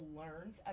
learns